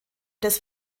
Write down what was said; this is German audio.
des